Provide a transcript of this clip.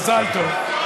מזל טוב.